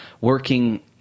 working